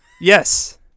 Yes